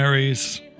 Mary's